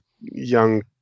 young